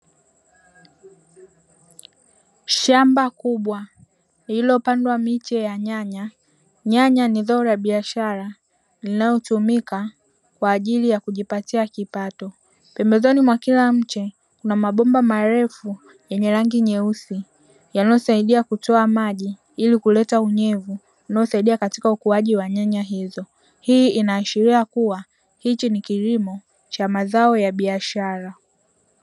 Shamba kubwa lililopandwa miche ya nyanya. Nyanya ni zao la biashara linalotumika kwa ajili ya kujipatia kipato. Pembezoni mwa kila mche kuna mabomba marefu yenye rangi nyeusi, yanayosaidia kutoa maji ili kuleta unyevu, unaosaidia katika ukuaji wa nyanya hizo. Hii inaashiria kuwa, hichi ni kilimo cha mazao ya biashara.